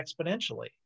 exponentially